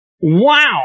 Wow